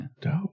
Dope